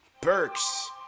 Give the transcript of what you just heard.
Burks